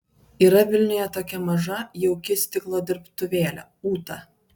yra vilniuje tokia maža jauki stiklo dirbtuvėlė ūta